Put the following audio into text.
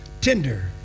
tender